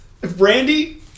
Brandy